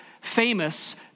famous